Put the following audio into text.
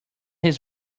his